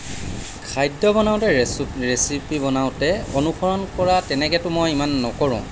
খাদ্য বনাওঁতে ৰেচু ৰেচিপি বনাওঁতে অনুসৰণ কৰা তেনেকৈতো মই ইমান নকৰোঁ